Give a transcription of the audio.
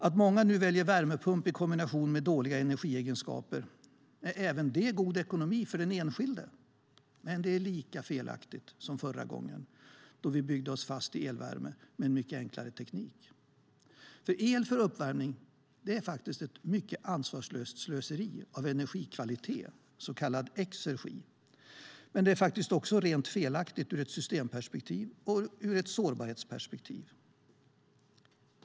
Att många nu väljer en värmepump i kombination med dåliga energiegenskaper är även det god ekonomi för den enskilde, men det är lika felaktigt som förra gången vi byggde oss fast i elvärme med en mycket enklare teknik. El för uppvärmning är ett mycket ansvarslöst slöseri med energikvalitet, så kallad exergi, men det är också rent felaktigt ur ett systemperspektiv och ur ett sårbarhetsperspektiv.